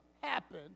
happen